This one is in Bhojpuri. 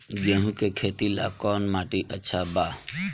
गेहूं के खेती ला कौन माटी अच्छा बा?